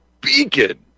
beacon